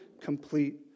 complete